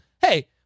Hey